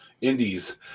indies